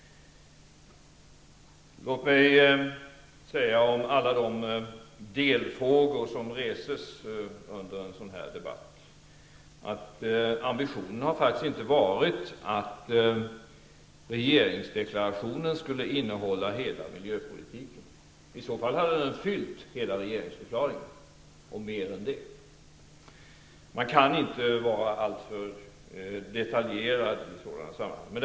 Låt mig säga med anledning av alla de delfrågor som reses under en sådan här debatt att ambitionen faktiskt inte har varit att regeringsdeklarationen skulle innehålla hela miljöpolitiken, i så fall hade den fyllt hela regeringsdeklarationen och mer än så. Man kan inte vara alltför detaljerad i sådana sammanhang.